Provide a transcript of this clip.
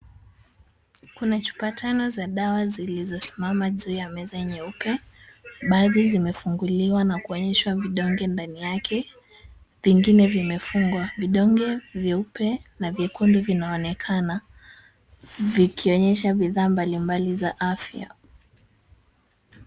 Kuna chupa tano za dawa zilizosimama juu ya meza nyeupe. Baadhi zimefunguliwa na kuonyeshwa vidonge ndani yake, vingine vimefungwa. Vidonge vyeupe na vyekundu vinaonekana vikionyesha bidhaa mbalimbali za afya.